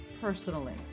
personally